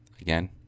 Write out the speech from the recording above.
Again